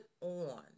on